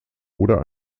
oder